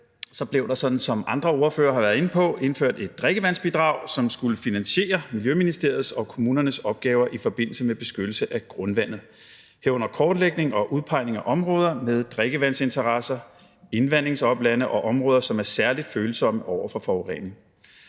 blev der, sådan som andre ordførere har været inde på, indført et drikkevandsbidrag, som skulle finansiere Miljøministeriets og kommunernes opgaver i forbindelse med beskyttelse af grundvandet, herunder kortlægning og udpegning af områder med drikkevandsinteresse, indvindingsoplande og områder, som er særlig følsomme over for forurening.